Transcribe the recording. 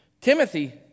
Timothy